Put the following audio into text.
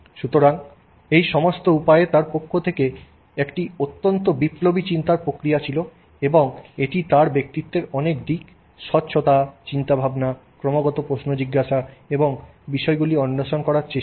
সুতরাং এই সমস্ত উপায়ে তাঁর পক্ষ থেকে একটি অত্যন্ত বিপ্লবী চিন্তার প্রক্রিয়া ছিল এবং এটি তাঁর ব্যক্তিত্বের অনেক দিক স্বচ্ছতা চিন্তাভাবনা ক্রমাগত প্রশ্ন জিজ্ঞাসা এবং বিষয়গুলি অন্বেষণ করার চেষ্টা করে